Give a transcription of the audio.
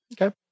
Okay